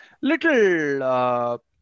little